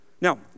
Now